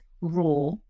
raw